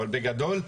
אבל בגדול,